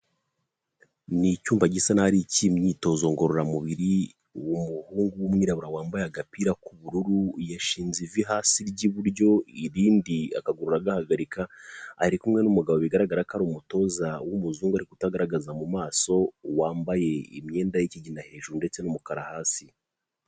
Ni icyumba gisa n'aho ari icy'imyitozo ngororamubiri, umuhungu w'umwirabura wambaye agapira k'ubururu, yashinze ivi hasi ry'iburyo irindi akaguru aragahagarika, ari kumwe n'umugabo bigaragara ko ari umutoza w'umuzungu ariko utagaragaza mu maso, wambaye imyenda y'ikigina hejuru ndetse n'umukara hasi.